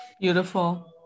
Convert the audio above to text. beautiful